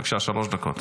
בבקשה, שלוש דקות.